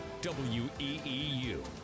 WEEU